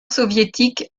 soviétique